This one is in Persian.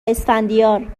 اسفندیار